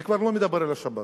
אני כבר לא מדבר על השבת.